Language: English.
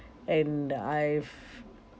and I've